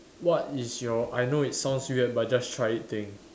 what is your I know it sounds weird but just try it thing